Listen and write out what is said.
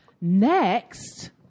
Next